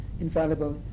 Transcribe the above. infallible